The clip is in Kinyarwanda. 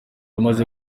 amaze